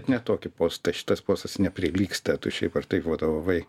ne tokį postą šitas postas neprilygsta tu šiaip ar taip vadovavai